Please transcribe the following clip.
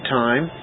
time